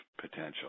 potential